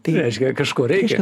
tai reiškia kažko reikia